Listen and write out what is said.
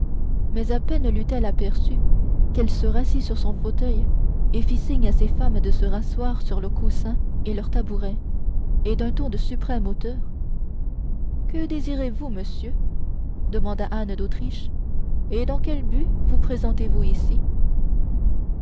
mais à peine l'eutelle aperçu qu'elle se rassit sur son fauteuil et fit signe à ses femmes de se rasseoir sur leurs coussins et leurs tabourets et d'un ton de suprême hauteur que désirez-vous monsieur demanda anne d'autriche et dans quel but vous présentez-vous ici